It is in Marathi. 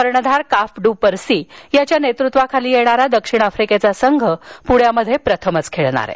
कर्णधार काफ ड् परसी याच्या नेतृत्वाखाली येणारा दक्षिण अफ्रिकेचा संघ प्ण्यात प्रथमच खेळणार आहे